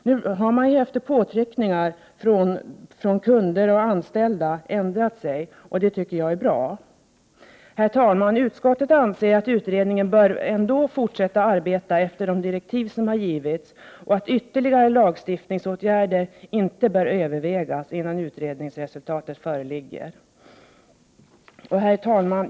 Nu har man ju efter påtryckningar från kunder och anställda ändrat sig, och det tycker jag är bra. Herr talman! Utskottet anser att utredningen bör fortsätta att arbeta efter de direktiv som givits, och att ytterligare lagstiftningsåtgärder inte bör övervägas innan utredningsresultatet föreligger. Herr talman!